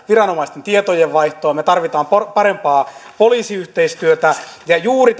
viranomaisten tietojenvaihtoa me tarvitsemme parempaa poliisiyhteistyötä juuri